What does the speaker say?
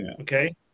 Okay